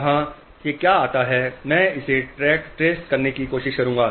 यहाँ से क्या आता है मैं इसे ट्रेस करने की कोशिश करूँगा